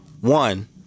one